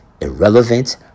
irrelevant